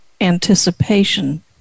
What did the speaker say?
anticipation